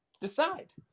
Decide